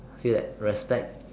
see that respect